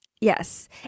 Yes